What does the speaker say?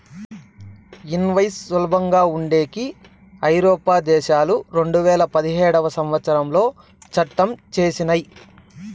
invoice సులభంగా ఉండేకి ఐరోపా దేశాలు రెండువేల పదిహేడవ సంవచ్చరంలో చట్టం చేసినయ్